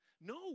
No